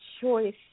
choice